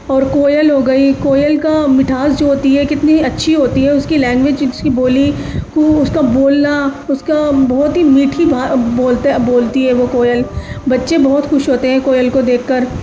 اور کویل ہو گئی کویل کا مٹھاس جو ہوتی ہے کتنی اچھی ہوتی ہے اس کی لینگویج اس کی بولی کو اس کا بولنا اس کا بہت ہی میٹھی بولتا ہے بولتی ہے وہ کویل بچے بہت خوش ہوتے ہیں کویل کو دیکھ کر